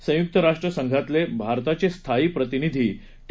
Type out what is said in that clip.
संयुक्त राष्ट्रसंघातले भारताचे स्थायी प्रतिनिधी टी